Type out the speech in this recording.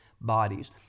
bodies